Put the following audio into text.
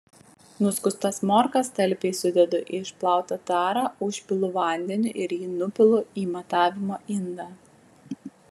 nuskustas morkas talpiai sudedu į išplautą tarą užpilu vandeniu ir jį nupilu į matavimo indą